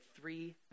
three